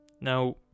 now